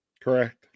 Correct